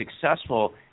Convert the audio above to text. successful